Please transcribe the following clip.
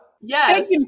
Yes